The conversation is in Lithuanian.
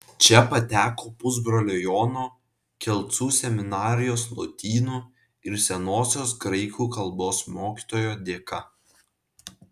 čia pateko pusbrolio jono kelcų seminarijos lotynų ir senosios graikų kalbos mokytojo dėka